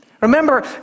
Remember